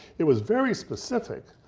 it was very specific,